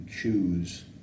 choose